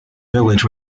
village